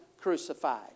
crucified